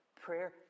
Prayer